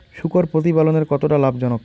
শূকর প্রতিপালনের কতটা লাভজনক?